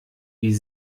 wie